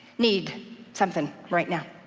need something right now.